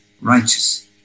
righteous